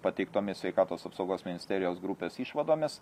pateiktomis sveikatos apsaugos ministerijos grupės išvadomis